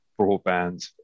broadband